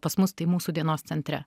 pas mus tai mūsų dienos centre